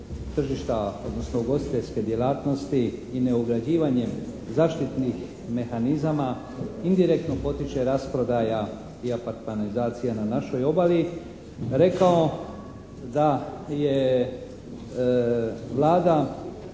odnosno ugostiteljske djelatnosti i ne ugrađivanjem zaštitnih mehanizama indirektno potiče rasprodaja i apartmanizacija na našoj obali, rekao da je Vlada